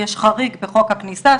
יש חריג בחוק הכניסה,